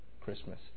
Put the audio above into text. Christmas